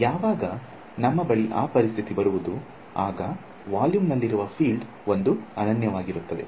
ಯಾವಾಗ ನಮ್ಮ ಬಳಿ ಆ ಪರಿಸ್ಥಿತಿ ಬರುವುದು ಆಗ ವಾಲ್ಯೂಮ್ ನಲ್ಲಿರುವ ಫೀಲ್ಡ್ ಒಂದು ಅನನ್ಯವಾಗಿರುತ್ತದೆ